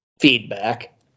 feedback